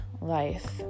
life